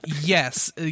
Yes